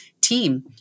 Team